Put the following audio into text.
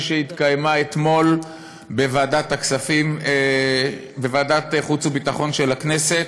שהתקיימה אתמול בוועדת החוץ והביטחון של הכנסת,